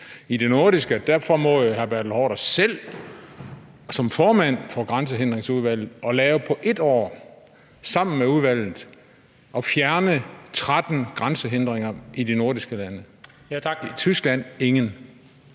I det nordiske formåede hr. Bertel Haarder selv som formand for grænsehindringsudvalget på et år sammen med udvalget at fjerne 13 grænsehindringer i de nordiske lande – i Tyskland ingen.